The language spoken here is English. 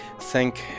thank